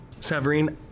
Severine